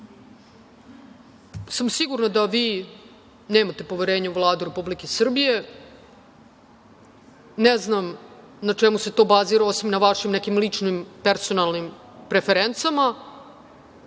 sam da vi nemate poverenje u Vladu Republike Srbije, ne znam na čemu se to bazira, osim na vašim nekim ličnim, personalnim preferencama.